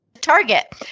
target